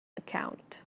account